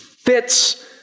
fits